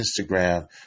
Instagram